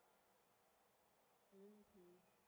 mmhmm